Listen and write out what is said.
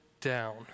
down